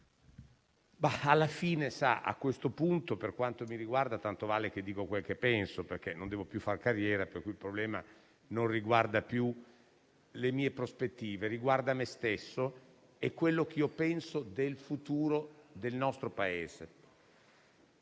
politici). A questo punto, per quanto mi riguarda, tanto vale che dica quel che penso: non devo più far carriera, per cui il problema non riguarda le mie prospettive, ma me stesso e quello che penso del futuro del nostro Paese.